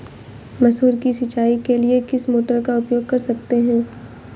मसूर की सिंचाई के लिए किस मोटर का उपयोग कर सकते हैं?